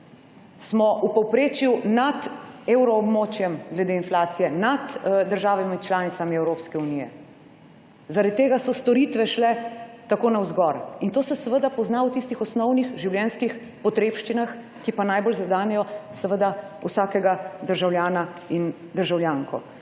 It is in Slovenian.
smo v povprečju nad evroobmočjem, nad državami članicami Evropske unije. Zaradi tega so šle storitve tako navzgor. In to se seveda pozna v tistih osnovnih življenjskih potrebščinah, ki pa najbolj zadenejo vsakega državljana in državljanko.